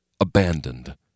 Abandoned